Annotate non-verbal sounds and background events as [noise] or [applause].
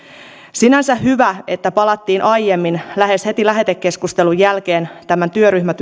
sinänsä hyvä että palattiin aiemmin lähes heti lähetekeskustelun jälkeen tämän työryhmän [unintelligible]